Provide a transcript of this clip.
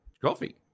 coffee